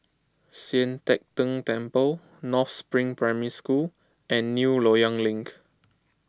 Sian Teck Tng Temple North Spring Primary School and New Loyang Link